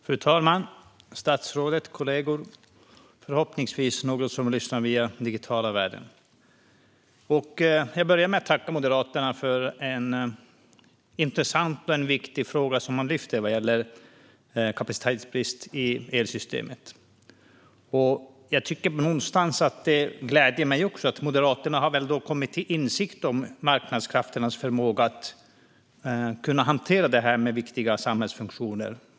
Fru talman, statsrådet, kollegor och ni som lyssnar digitalt! Jag börjar med att tacka Moderaterna för att de lyfter den intressanta och viktiga frågan om kapacitetsbrist i elsystemet. Det gläder mig att Moderaterna då väl har kommit till insikt om marknadskrafternas förmåga att hantera viktiga samhällsfunktioner.